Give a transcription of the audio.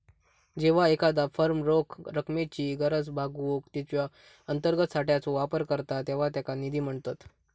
जेव्हा एखादा फर्म रोख रकमेची गरज भागवूक तिच्यो अंतर्गत साठ्याचो वापर करता तेव्हा त्याका निधी म्हणतत